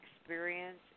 experience